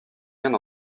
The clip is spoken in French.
rien